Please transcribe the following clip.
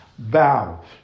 bow